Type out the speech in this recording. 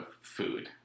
food